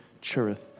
Cherith